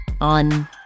on